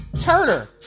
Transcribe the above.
Turner